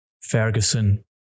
Ferguson